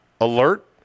alert